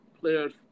Players